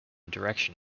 direction